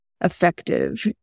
effective